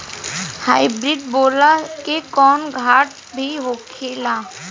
Hybrid बोला के कौनो घाटा भी होखेला?